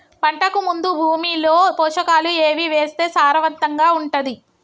పంటకు ముందు భూమిలో పోషకాలు ఏవి వేస్తే సారవంతంగా ఉంటది?